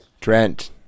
Trent